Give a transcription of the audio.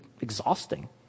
exhausting